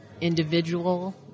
individual